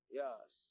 yes